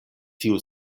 tiu